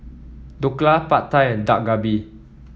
Dhokla Pad Thai and Dak Galbi